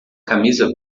camisa